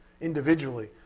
individually